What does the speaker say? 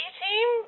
team